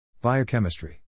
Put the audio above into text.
Biochemistry